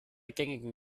gängigen